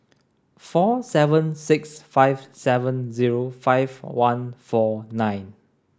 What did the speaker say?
four seven six five seven zero five one four nine